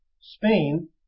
Spain